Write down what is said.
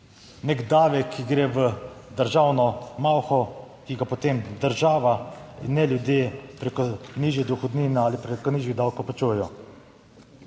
nek davek, ki gre v državno malho, ki ga potem država, in ne ljudje, preko nižje dohodnine ali preko nižjih davkov plačujejo.